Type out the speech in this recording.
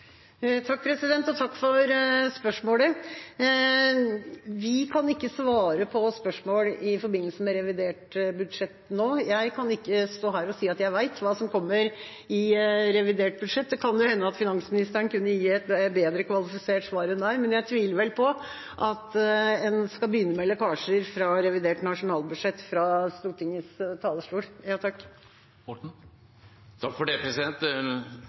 Takk for spørsmålet. Vi kan ikke svare på spørsmål i forbindelse med revidert nasjonalbudsjett nå. Jeg kan ikke svare og si at jeg vet hva som kommer i revidert nasjonalbudsjett. Det kan hende at finansministeren kunne gi et bedre kvalifisert svar enn meg, men jeg tviler vel på at en skal begynne med lekkasjer fra revidert nasjonalbudsjett fra Stortingets talerstol. Nå var kanskje svaret omtrent det